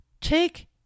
take